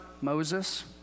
Moses